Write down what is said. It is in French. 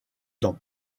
dans